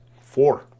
four